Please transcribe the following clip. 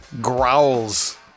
growls